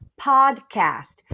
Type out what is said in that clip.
PODCAST